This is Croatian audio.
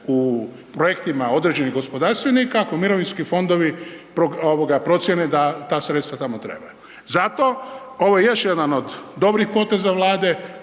u projektima određenih gospodarstvenika ako mirovinski fondovi procjene da ta sredstva tamo trebaju. Zato ovo je još jedan od dobrih poteza Vlade,